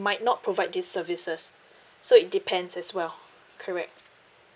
might not provide this services so it depends as well correct